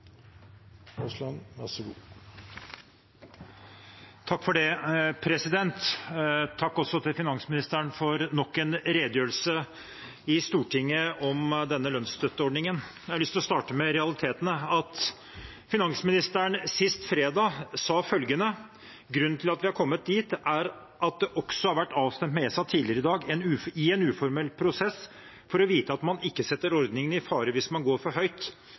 Takk til finansministeren for nok en redegjørelse i Stortinget om denne lønnsstøtteordningen. Jeg har lyst til å starte med realitetene. Finansministeren sa sist fredag: «Grunnen til at vi er kommet dit, er at det også har vært avstemt med ESA tidligere i dag i en uformell prosess, for å vite at man ikke setter ordningen i fare hvis man går for høyt.»